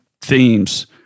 themes